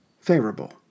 favorable